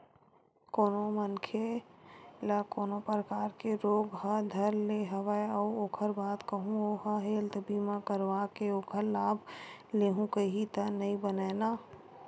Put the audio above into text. कोनो मनखे ल कोनो परकार के रोग ह धर ले हवय अउ ओखर बाद कहूँ ओहा हेल्थ बीमा करवाके ओखर लाभ लेहूँ कइही त नइ बनय न